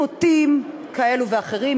בעימותים כאלה ואחרים,